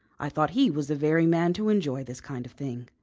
i thought he was the very man to enjoy this kind of thing.